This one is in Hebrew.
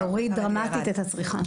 זה הוריד דרמטית את הצריכה.